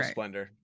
Splendor